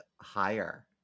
higher